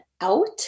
out